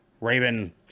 Raven